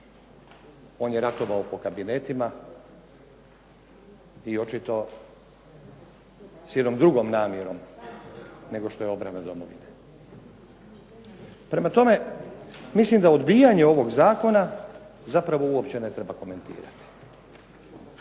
On je ratovao po kabinetima i očito s jednom drugom namjerom nego što je obrana domovine. Prema tome, milim da u … /Govornik se ne razumije./ … ovog zakona zapravo uopće ne treba ni komentirati.